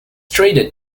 traded